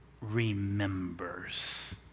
Remembers